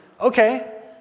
okay